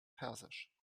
persisch